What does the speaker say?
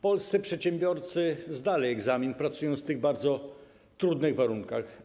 Polscy przedsiębiorcy zdali egzamin, pracując w bardzo trudnych warunkach.